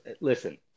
Listen